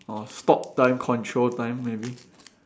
or stop time control time maybe